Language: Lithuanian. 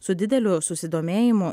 su dideliu susidomėjimu